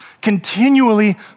continually